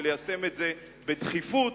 וליישם את זה בדחיפות,